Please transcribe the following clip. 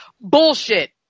Bullshit